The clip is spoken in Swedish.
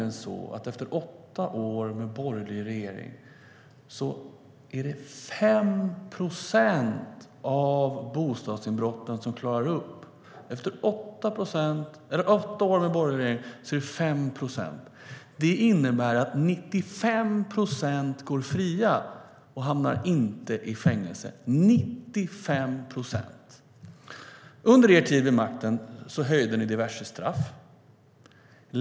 Efter åtta år med borgerlig regering är det nämligen 5 procent av bostadsinbrotten som klaras upp. Det innebär att 95 procent går fria och inte hamnar i fängelse - 95 procent! Under er tid vid makten höjde ni diverse straff.